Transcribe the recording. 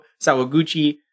Sawaguchi